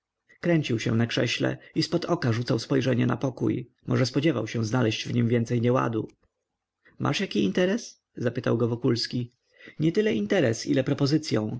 kręcił się na krześle i zpod oka rzucał spojrzenia na pokój może spodziewał się znaleść w nim więcej nieładu masz jaki interes zapytał go wokulski nie tyle interes ile propozycyą